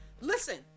Listen